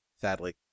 Sadly